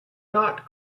not